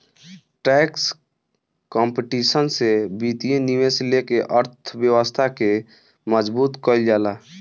tax competition से वित्तीय निवेश लेके अर्थव्यवस्था के मजबूत कईल जाला